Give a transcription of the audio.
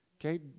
Okay